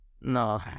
no